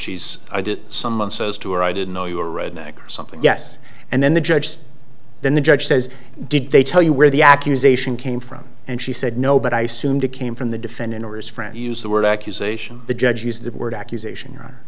she's i did someone says to her i didn't know you were a redneck or something yes and then the judge then the judge says did they tell you where the accusation came from and she said no but i soon became from the defendant or his friend use the word accusation the judge used the word accusation